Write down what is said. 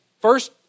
First